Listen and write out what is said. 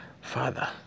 Father